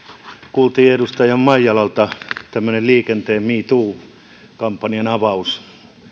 kuultiin edustaja maijalalta tämmöinen liikenteen me too kampanjan avaus